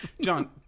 John